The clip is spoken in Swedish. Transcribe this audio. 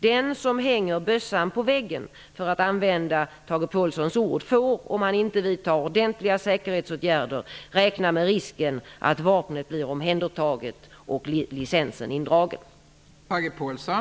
Den som hänger bössan på väggen, för att använda Tage Påhlssons ord, får, om han inte vidtar ordentliga säkerhetsåtgärder, räkna med risken att vapnet blir omhändertaget och licensen indragen.